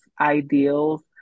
ideals